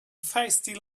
feisty